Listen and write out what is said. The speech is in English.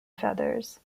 feathers